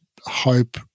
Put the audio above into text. hope